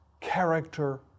character